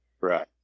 Right